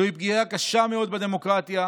זוהי פגיעה קשה מאוד בדמוקרטיה,